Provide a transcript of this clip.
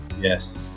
Yes